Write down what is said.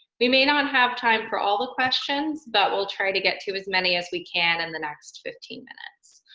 we may not have time for all the questions, but we'll try to get to as many as we can in and the next fifteen minutes.